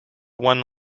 one